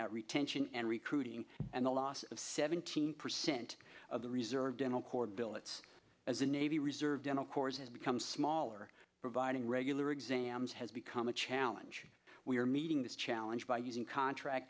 t retention and recruiting and the loss of seventeen percent of the reserve dental corps billets as the navy reserve dental corps has become smaller providing regular exams has become a challenge we are meeting this challenge by using contract